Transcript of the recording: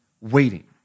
waiting